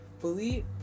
believe